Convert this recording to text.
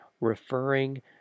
referring